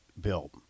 Bill